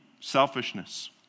selfishness